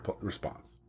response